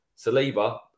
Saliba